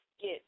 get